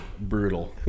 brutal